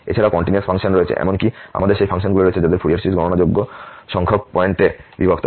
এছাড়াও continuous function রয়েছে এমনকি আমাদের সেই ফাংশনগুলি রয়েছে যাদের ফুরিয়ার সিরিজ গণনাযোগ্য সংখ্যক পয়েন্টে বিভক্ত